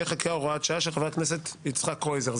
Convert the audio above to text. חקיקה) (הוראת שעה) של חבר הכנסת יצחק קרויזר.